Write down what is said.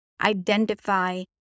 identify